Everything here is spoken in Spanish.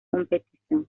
competición